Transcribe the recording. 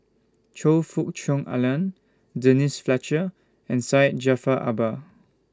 Choe Fook Cheong Alan Denise Fletcher and Syed Jaafar Albar